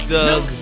Doug